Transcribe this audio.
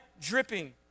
dripping